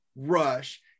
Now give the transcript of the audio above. Rush